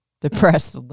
depressed